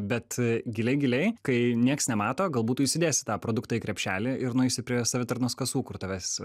bet giliai giliai kai nieks nemato galbūt tu įsidėsi tą produktą į krepšelį ir nueisi prie savitarnos kasų kur tavęs